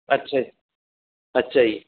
ਅੱਛਾ ਜੀ ਅੱਛਾ ਜੀ